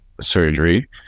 surgery